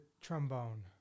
trombone